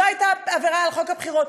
לא הייתה עבירה על חוק הבחירות.